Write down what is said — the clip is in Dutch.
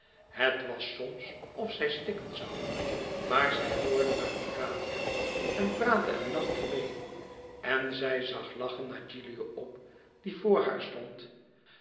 het was soms of zij stikken zoû maar zij hoorde naar urania en praatte en lachte meê en zij zag lachend naar gilio op die voor haar stond